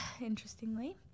interestingly